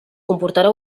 comportarà